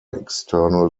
external